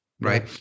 right